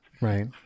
Right